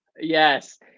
Yes